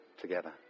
together